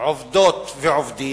עובדות ועובדים,